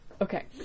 okay